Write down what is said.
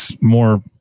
more